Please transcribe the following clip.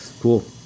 Cool